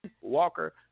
Walker